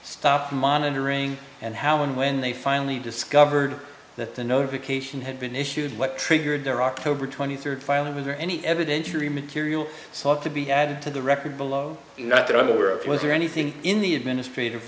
stopped monitoring and how and when they finally discovered that the notification had been issued what triggered their october twenty third file and whether any evidentiary material sought to be added to the record below not that i'm aware of was there anything in the administrative